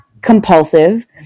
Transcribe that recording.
compulsive